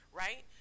right